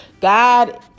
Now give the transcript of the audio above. God